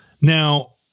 now